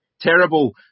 terrible